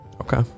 okay